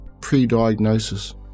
pre-diagnosis